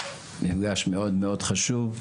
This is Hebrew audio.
מפגש מאוד חשוב.